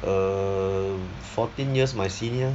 um fourteen years my senior